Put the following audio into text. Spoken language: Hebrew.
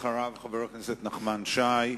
אחריו, חבר הכנסת נחמן שי.